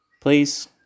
Please